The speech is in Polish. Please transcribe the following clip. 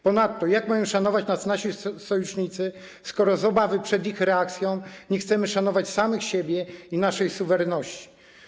Ponadto jak mają nas szanować nasi sojusznicy, skoro z obawą przed ich reakcją nie chcemy szanować samych siebie i naszej suwerenności?